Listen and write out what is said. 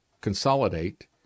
consolidate